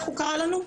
ככה הוא קרא לנו,